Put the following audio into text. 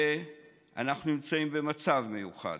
ואנחנו נמצאים במצב מיוחד.